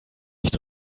nicht